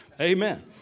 Amen